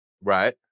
right